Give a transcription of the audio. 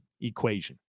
equation